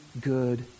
good